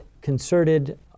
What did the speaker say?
concerted